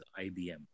IBM